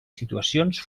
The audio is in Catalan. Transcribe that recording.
situacions